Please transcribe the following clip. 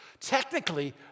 Technically